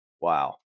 Wow